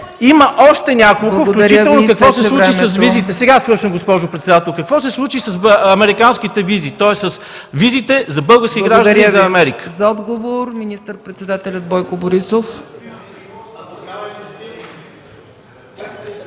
Има още няколко въпроса, включително какво се случи с визите? Сега приключвам, госпожо председател. Какво се случи с американските визи, тоест с визите за български граждани за Америка?